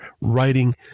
writing